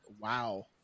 Wow